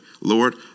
Lord